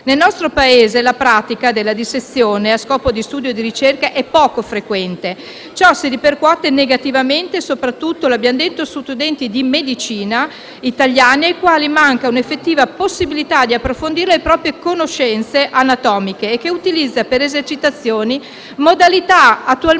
Nel nostro Paese la pratica della dissezione a scopo di studio e di ricerca è poco frequente. Ciò si ripercuote negativamente soprattutto sugli studenti di medicina italiani, ai quali manca un'effettiva possibilità di approfondire le proprie conoscenze anatomiche e che utilizzano per le esercitazioni modalità attualmente